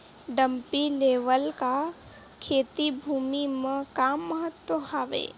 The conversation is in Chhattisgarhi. डंपी लेवल का खेती भुमि म का महत्व हावे?